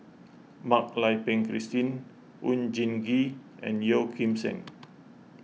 Mak Lai Peng Christine Oon Jin Gee and Yeo Kim Seng